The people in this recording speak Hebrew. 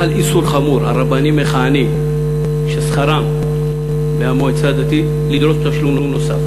חל איסור חמור על רבנים מכהנים ששכרם מהמועצה הדתית לדרוש תשלום נוסף.